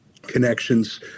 connections